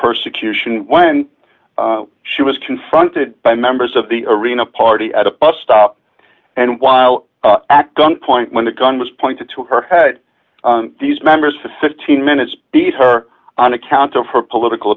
persecution when she was confronted by members of the arena party at a bus stop and while at gunpoint when the gun was pointed to her head these members for fifteen minutes be her on account of her political